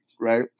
right